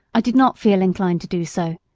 i did not feel inclined to do so.